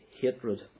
hatred